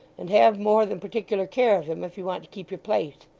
and have more than particular care of him if you want to keep your place.